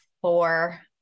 four